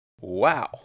Wow